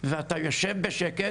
ואתה יושב בשקט,